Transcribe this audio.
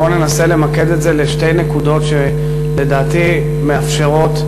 בוא ננסה למקד את זה בשתי נקודות שלדעתי מאפשרות התקדמות.